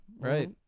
Right